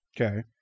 Okay